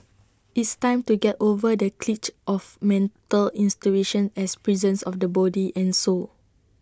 it's time to get over the cliche of mental institutions as prisons of the body and soul